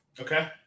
Okay